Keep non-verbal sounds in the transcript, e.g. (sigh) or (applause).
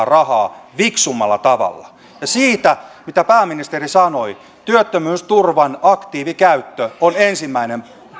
(unintelligible) rahaa fiksummalla tavalla ja siitä mitä pääministeri sanoi työttömyysturvan aktiivikäyttö on ensimmäinen